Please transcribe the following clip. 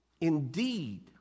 Indeed